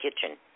kitchen